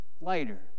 lighter